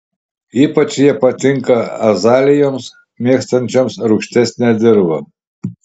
ypač jie patinka azalijoms mėgstančioms rūgštesnę dirvą